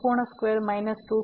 સંપૂર્ણ square minus